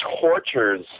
tortures